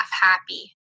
happy